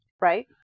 Right